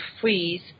freeze